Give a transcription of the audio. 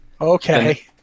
Okay